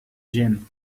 gin